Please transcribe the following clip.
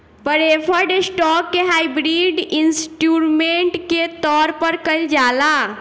preferred stock के hybrid instrument के तौर पर कइल जाला